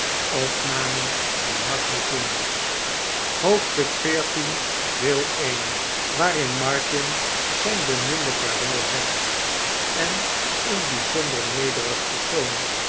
hoofdstuk xiv waarin martin zijn beminde vaarwel zegt en een bijzonder nederig persoon